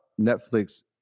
Netflix